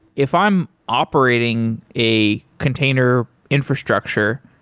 if i'm operating a container infrastructure,